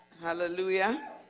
Hallelujah